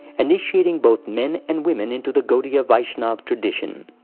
initiating both men and women into the gaudiya vaishnava tradition.